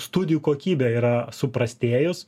studijų kokybė yra suprastėjus